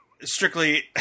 strictly